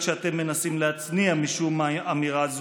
רק שאתם מנסים להצניע משום מה אמירה זו: